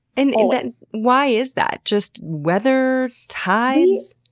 and and why is that? just weather? tides?